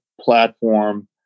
platform